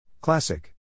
Classic